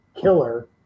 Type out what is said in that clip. killer